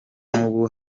nubu